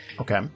Okay